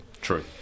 True